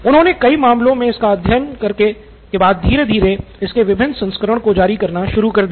उन्होंने कई मामलों मे इसका अध्ययन करने के बाद धीरे धीरे इसके विभिन्न संस्करण को जारी करना शुरू कर दिया